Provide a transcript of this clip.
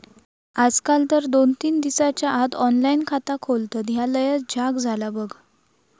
आजकाल तर दोन तीन दिसाच्या आत ऑनलाइन खाता खोलतत, ह्या लयच झ्याक झाला बघ